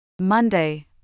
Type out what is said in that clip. Monday